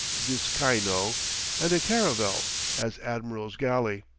vizcaino, and a caravel, as admiral's galley.